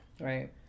Right